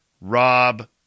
Rob